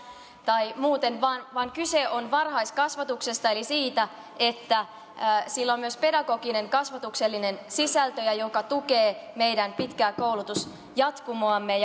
tai muuten vaan vaan kyse on varhaiskasvatuksesta eli siitä että sillä on myös pedagoginen kasvatuksellinen sisältö joka tukee meidän pitkää koulutusjatkumoamme